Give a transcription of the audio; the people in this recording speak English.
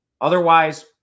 Otherwise